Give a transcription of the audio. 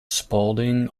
spaulding